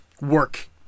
work